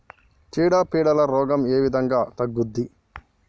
చీడ పీడల రోగం ఏ విధంగా తగ్గుద్ది?